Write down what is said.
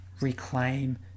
Reclaim